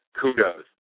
Kudos